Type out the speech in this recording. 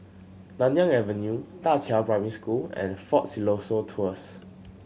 Nanyang Avenue Da Qiao Primary School and Fort Siloso Tours